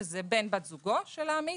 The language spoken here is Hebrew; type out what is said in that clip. שזה בן/בת זוגו של העמית,